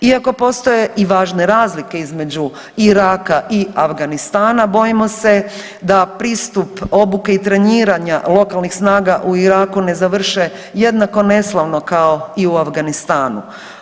Iako postoje i važne razlike između Iraka i Afganistana bojimo se da pristup obuke i treniranja lokalnih snaga u Iraku ne završe jednako neslavno kao i u Afganistanu.